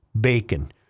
bacon